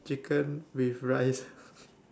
chicken with rice